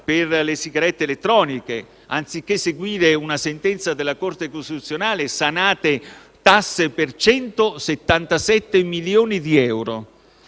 per le sigarette elettroniche (anziché seguire una sentenza della Corte costituzionale, sanate tasse per 177 milioni di euro)